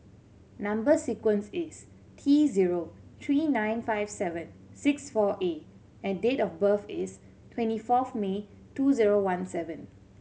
number sequence is T zero three nine five seven six four A and date of birth is twenty fourth May two zero one seven